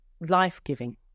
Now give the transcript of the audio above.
life-giving